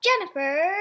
Jennifer